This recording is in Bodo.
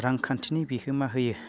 रांखान्थिनि बिहोमा होयो